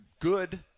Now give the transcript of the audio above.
Good